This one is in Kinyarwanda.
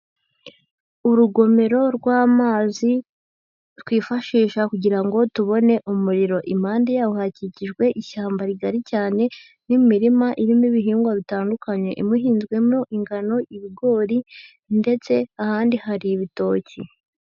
Urugomero rw'amazi twifashisha kugira ngo tubone umuriro, impande yaho hakikijwe ishyamba rigari cyane n'imirima irimo ibihingwa bitandukanye imwe ihinzwemo ingano, ibigori ndetse ahandi hari ibitoki.